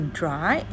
dry